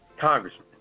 congressman